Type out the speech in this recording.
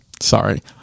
sorry